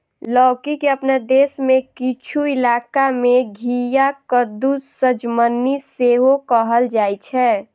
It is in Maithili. लौकी के अपना देश मे किछु इलाका मे घिया, कद्दू, सजमनि सेहो कहल जाइ छै